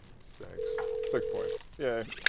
six. six points, yay.